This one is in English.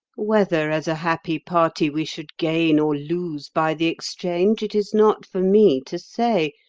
whether as a happy party we should gain or lose by the exchange, it is not for me to say,